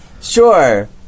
Sure